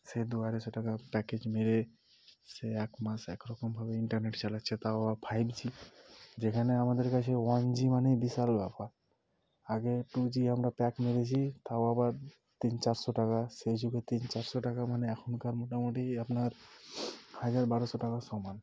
সে দু আড়াইশো টাকা প্যাকেজ মেরে সে এক মাস একরকমভাবে ইন্টারনেট চালাচ্ছে তাও আবার ফাইভ জি যেখানে আমাদের কাছে ওয়ান জি মানেই বিশাল ব্যাপার আগে টু জি আমরা প্যাক মেরেছি তাও আবার তিন চারশো টাকা সেই যুগে তিন চারশো টাকা মানে এখনকার মোটামুটি আপনার হাজার বারোশো টাকার সমান